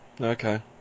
Okay